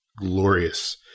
glorious